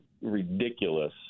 ridiculous